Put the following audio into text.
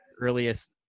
earliest